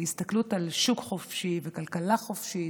בהסתכלות על שוק חופשי וכלכלה חופשית,